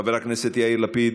חבר הכנסת יאיר לפיד.